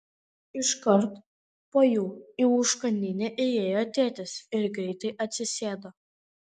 iškart po jų į užkandinę įėjo tėtis ir greitai atsisėdo